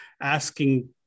Asking